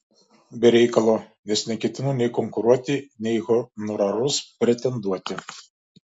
be reikalo nes neketinu nei konkuruoti nei į honorarus pretenduoti